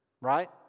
right